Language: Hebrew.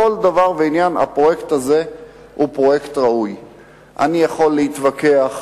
אני יכול להתווכח,